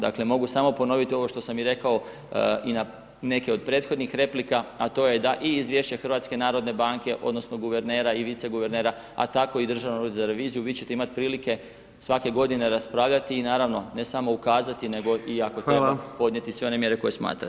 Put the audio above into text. Dakle mogu samo ponoviti ovo što sam i rekao i na neke od prethodnih replika a to je da i izvješće HNB-a odnosno guvernera i vice guvernera a tako i Državnog ureda za reviziju vi ćete imati prilike svake godine raspravljati i naravno ne samo ukazati nego i ako treba podnijeti sve one mjere koje smatrate.